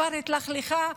כבר התלכלכה,